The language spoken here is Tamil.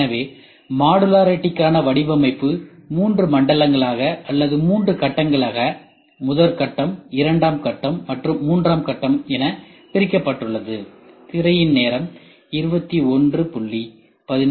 எனவே மாடுலரிட்டிக்கான வடிவமைப்பு மூன்று மண்டலங்களாக அல்லது மூன்று கட்டங்களாக முதற்கட்டம் இரண்டாம் கட்டம் மற்றும் மூன்றாம் கட்டம் என பிரிக்கப்பட்டுள்ளது